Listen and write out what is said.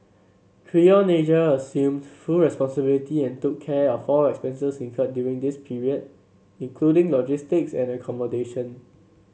Creon Asia assumed full responsibility and took care of all expenses incurred during this period including logistics and accommodation